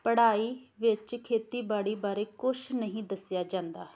ਪੜ੍ਹਾਈ ਵਿੱਚ ਖੇਤੀਬਾੜੀ ਬਾਰੇ ਕੁਛ ਨਹੀਂ ਦੱਸਿਆ ਜਾਂਦਾ